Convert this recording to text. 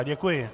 Děkuji.